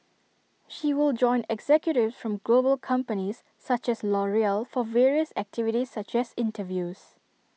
she will join executives from global companies such as L'Oreal for various activities such as interviews